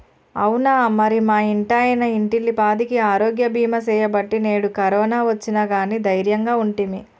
అవునా మరి మా ఇంటాయన ఇంటిల్లిపాదికి ఆరోగ్య బీమా సేయబట్టి నేడు కరోనా ఒచ్చిన గానీ దైర్యంగా ఉంటిమి